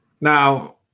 Now